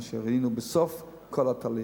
מה שראינו בסוף כל התהליך.